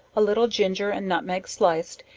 a little ginger and nutmeg sliced,